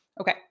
Okay